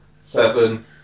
seven